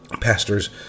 pastors